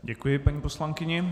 Děkuji paní poslankyni.